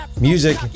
Music